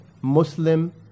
Muslim